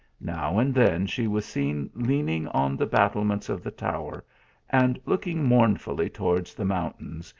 now and then she was seen leaning on the battlements of the tower and looking mournfully towards the mountains,